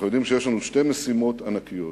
אנחנו יודעים שיש לנו שתי משימות ענקיות.